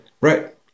Right